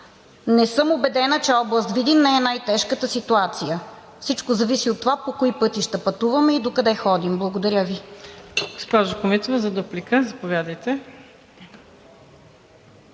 Не съм убедена, че област Видин не е в най-тежката ситуация. Всичко зависи от това – по кои пътища пътуваме и докъде ходим. Благодаря Ви.